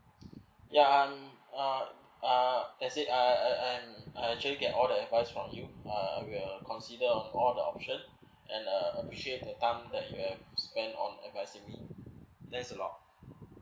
ya um uh uh as in I I I I actually get all the advice from you uh will consider on all the options and uh appreciate your time that you have spent on advising me thanks a lot